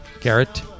Garrett